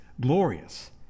glorious